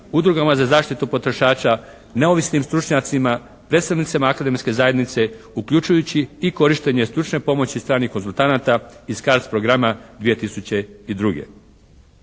udrugama za zaštitu potrošača, neovisnim stručnjacima, predstavnicima akademske zajednice, uključujući i korištenje stručne pomoći stranih konzultanata iz CARDS programa 2002.